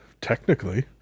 technically